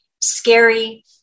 scary